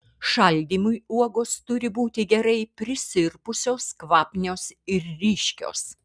šaldymui uogos turi būti gerai prisirpusios kvapnios ir ryškios